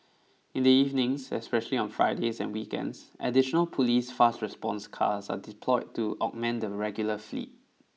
in the evenings especially on Fridays and weekends additional police fast response cars are deployed to augment the regular fleet